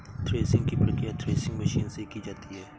threshing की प्रकिया threshing machine से की जाती है